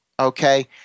Okay